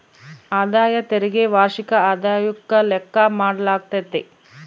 ಆದಾಯ ತೆರಿಗೆ ವಾರ್ಷಿಕ ಆದಾಯುಕ್ಕ ಲೆಕ್ಕ ಮಾಡಾಲಾಗ್ತತೆ